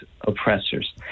oppressors